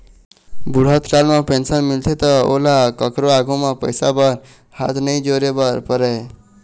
बूढ़त काल म पेंशन मिलथे त ओला कखरो आघु म पइसा बर हाथ नइ जोरे बर परय